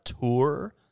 tour